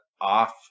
off